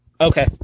okay